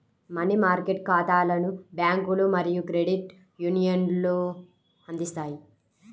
money market ఖాతాలను బ్యాంకులు మరియు క్రెడిట్ యూనియన్లు అందిస్తాయి